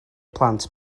plant